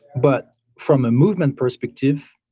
but from a movement perspective,